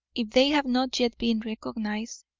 if they have not yet been recognised.